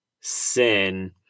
sin